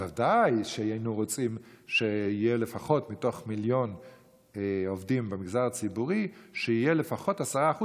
ודאי שהיינו רוצים שיהיו מתוך מיליון עובדים במגזר הציבורי לפחות 10%,